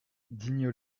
digne